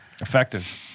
Effective